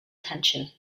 tension